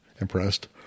impressed